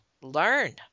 learn